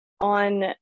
on